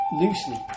loosely